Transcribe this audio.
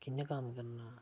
कि'यां कम्म करना